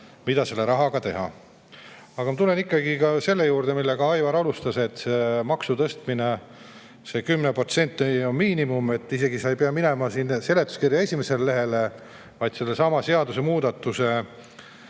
mida selle rahaga teha. Aga ma tulen ikkagi selle juurde, millega Aivar alustas: et maksu tõstmine 10% on miinimum. Sa isegi ei pea minema seletuskirja esimesele lehele, vaid sellesama seadus[eelnõu]